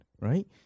right